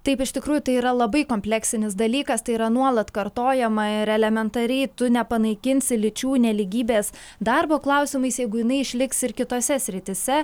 taip iš tikrųjų tai yra labai kompleksinis dalykas tai yra nuolat kartojama ir elementariai tu nepanaikinsi lyčių nelygybės darbo klausimais jeigu jinai išliks ir kitose srityse